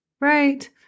Right